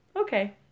okay